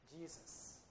Jesus